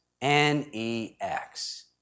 N-E-X